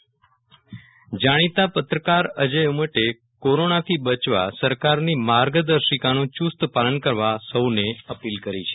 Viral Rana corona appeal જાણીતા પત્રકાર અજય ઉમટે કોરોનાથી બચવા સરકારની માર્ગદર્શિકાનું ચુસ્ત પાલન કરવા સૌને અપીલ કરી છે